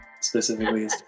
specifically